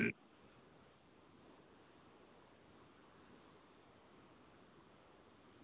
अं